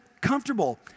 comfortable